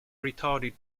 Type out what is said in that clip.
retarded